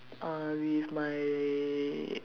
uh with my